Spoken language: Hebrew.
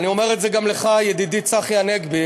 אני אומר את זה גם לך, ידידי צחי הנגבי,